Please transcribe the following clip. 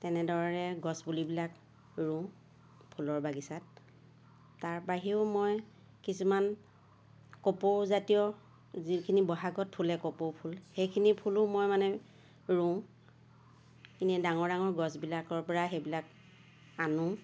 তেনে দৰে গছ পুলিবিলাক ৰুওঁ ফুলৰ বাগিছাত তাৰ বাহিৰেও মই কিছুমান কপৌ জাতীয় যিখিনি বহাগত ফুলে কপৌ ফুল সেইখিনি ফুলো মই মানে ৰুওঁ ইনেই ডাঙৰ ডাঙৰ গছবিলাকৰ পৰা সেইবিলাক আনোঁ